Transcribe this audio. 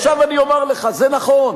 עכשיו אני אומר לך, זה נכון,